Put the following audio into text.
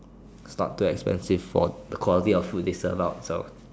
it's not too expensive for the quality of food they serve out so